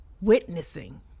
witnessing